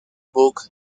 book